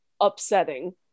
upsetting